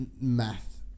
math